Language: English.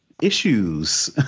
issues